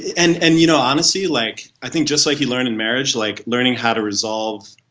and and you know honestly like i think just like you learn in marriage like learning how to resolve